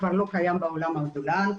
כבר לא קיים בעולם האדולן,